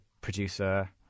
producer